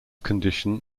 condition